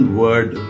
word